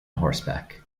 horseback